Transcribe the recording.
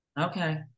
Okay